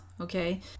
okay